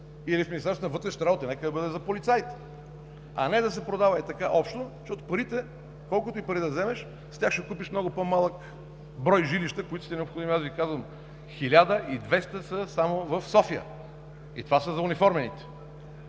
или в Министерството на вътрешните работи нека да бъде за полицаите, а не да се продава ей така общо, защото колкото и пари да вземеш, с тях ще купиш много по-малък брой жилища, които да са ти необходими. Казвам Ви: 1200 са само в София, и това са за униформените.